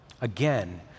Again